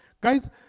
Guys